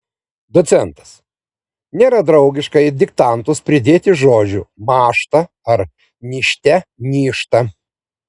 docentas nėra draugiška į diktantus pridėti žodžių mąžta ar nižte nyžta